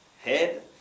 head